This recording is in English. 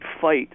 fight